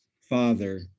father